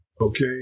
Okay